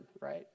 right